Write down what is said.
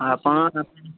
ଆପଣ